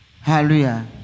Hallelujah